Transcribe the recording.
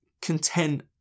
content